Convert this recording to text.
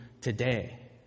today